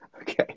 okay